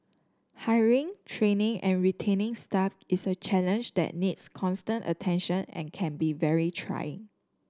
hiring training and retaining staff is a challenge that needs constant attention and can be very trying